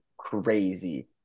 crazy